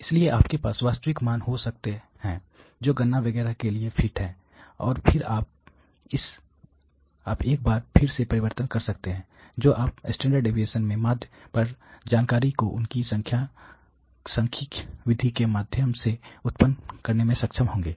इसलिए आपके पास वास्तविक मान हो सकते हैं जो गणना वगैरह के लिए फिट हैं और फिर आप एक बार फिर से परिवर्तन कर सकते हैं जब आप स्टैंडर्ड देविएशन में माध्य पर जानकारी को उनकी सांख्यिकीय विधि के माध्यम से उत्पन्न करने में सक्षम होंगे